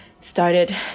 started